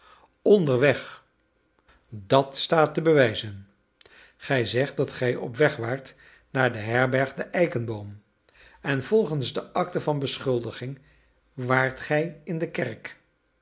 onderweg dat staat te bewijzen gij zegt dat gij opweg waart naar de herberg de eikenboom en volgens de akte van beschuldiging waart gij in de kerk